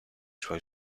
suoi